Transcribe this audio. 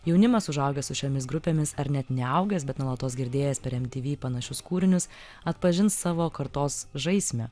jaunimas užaugęs su šiomis grupėmis ar net neaugęs bet nuolatos girdėjęs per mtv panašius kūrinius atpažins savo kartos žaismę